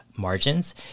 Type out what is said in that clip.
margins